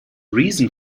reason